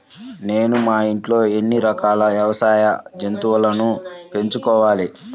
నేను మా ఇంట్లో ఎన్ని రకాల వ్యవసాయ జంతువులను పెంచుకోవచ్చు?